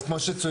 אז כמו שצוין,